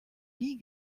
nie